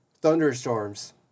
thunderstorms